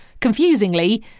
Confusingly